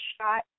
shot